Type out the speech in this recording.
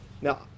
Now